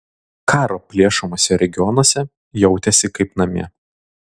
karo plėšomuose regionuose jautėsi kaip namie